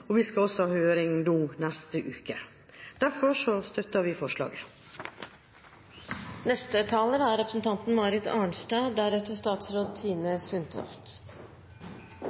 og vi også skal ha høring neste uke. Derfor støtter vi forslaget.